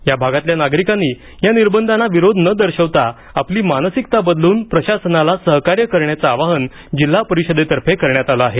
या भागातल्या नागरिकांनी या निर्बंधांना विरोध न दर्शवता आपली मानसिकता बदलून प्रशासनाला सहकार्य करण्याचं आवाहन जिल्हा परिषदेतर्फे करण्यात आलं आहे